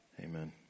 Amen